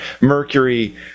Mercury